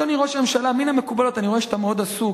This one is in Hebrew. אדוני ראש הממשלה אני רואה שאתה מאוד עסוק,